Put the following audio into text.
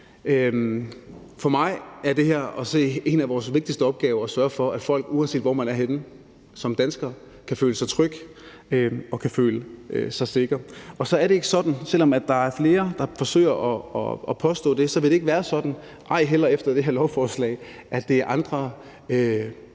For mig at se er det en af vores vigtigste opgaver at sørge for, at folk, uanset hvor man er henne som dansker, kan føle sig trygge og kan føle sig sikre. Og selv om der er flere, der forsøger at påstå det, så vil det ikke være sådan, ej heller efter